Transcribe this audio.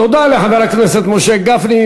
תודה לחבר הכנסת משה גפני.